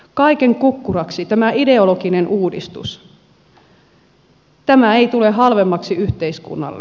kaiken kukkuraksi tämä ideologinen uudistus ei tule halvemmaksi yhteiskunnalle